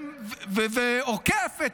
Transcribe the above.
ועוקף.